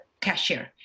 cashier